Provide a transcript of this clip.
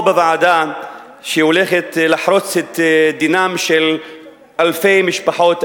או בוועדה שהולכת לחרוץ את דינם של אלפי משפחות,